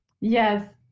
Yes